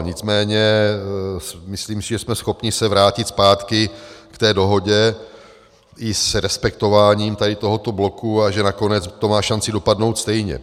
Nicméně si myslím, že jsme schopni se vrátit zpátky k té dohodě i s respektováním tohoto bloku a že nakonec to má šanci dopadnout stejně.